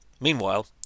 Meanwhile